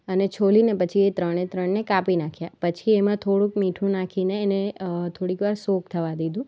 અને છોલીને પછી એ ત્રણે ત્રણને કાપી નાખ્યા પછી એમાં થોળુંક મીઠું નાખીને એને થોળીક વાર સોક થવા દીધું